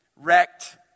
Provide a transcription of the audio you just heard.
wrecked